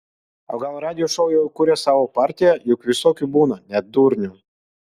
o gal radijo šou jau įkūrė savo partiją juk visokių būna net durnių